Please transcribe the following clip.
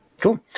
cool